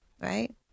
right